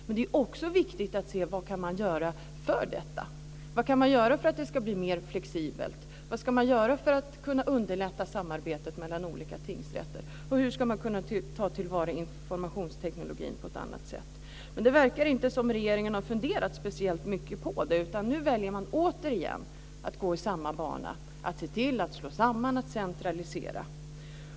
Men det är också viktigt att se vad man kan göra för detta. Vad kan man göra för att det ska bli mer flexibelt? Vad ska man göra för att kunna underlätta samarbetet mellan olika tingsrätter? Hur ska man kunna ta till vara informationstekniken på ett annat sätt? Det verkar inte som om regeringen har funderat speciellt mycket på detta. Nu väljer man återigen att gå samma bana och slår samman och centraliserar.